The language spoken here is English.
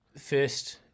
First